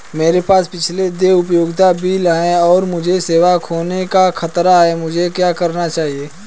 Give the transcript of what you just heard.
मेरे पास पिछले देय उपयोगिता बिल हैं और मुझे सेवा खोने का खतरा है मुझे क्या करना चाहिए?